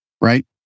Right